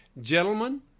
Gentlemen